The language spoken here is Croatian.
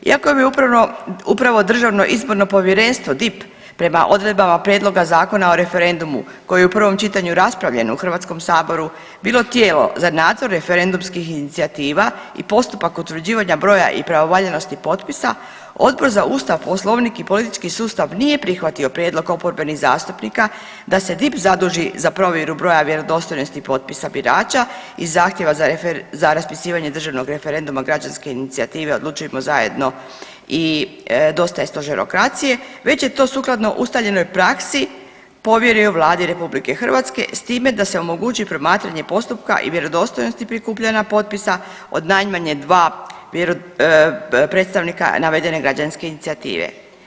Iako bi upravno, upravo Državno izborno povjerenstvo DIP prema odredbama prijedloga Zakona o referendumu koji je u prvom čitanju raspravljen u Hrvatskom saboru bilo tijelo za nadzor referendumskih inicijativa i postupak utvrđivanja broja i pravovaljanosti potpisa Odbor za Ustav, Poslovnik i politički sustav nije prihvatio prijedlog oporbenih zastupnika da se DIP zaduži za provjeru broja vjerodostojnosti potpisa birača i zahtjeva za raspisivanje državnog referenduma građanske inicijative Odlučujmo zajedno i Dosta je stožerokracije već je to sukladno ustaljenoj praksi povjerio Vladi RH s time da se omogući promatranje postupka i vjerodostojnosti prikupljanja potpisa od najmanje 2 predstavnika navedene građanske incijative.